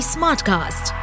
Smartcast